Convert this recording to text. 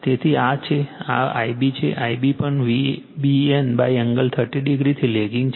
તેથી આ છે આ Ib છે Ib પણ VBN એંગલ 30 o થી લેગિંગ છે